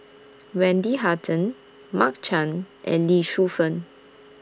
Wendy Hutton Mark Chan and Lee Shu Fen